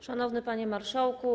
Szanowny Panie Marszałku!